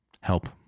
help